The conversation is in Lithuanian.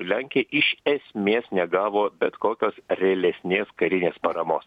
lenkija iš esmės negavo bet kokios realesnės karinės paramos